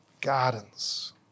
gardens